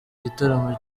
igitaramo